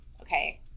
Okay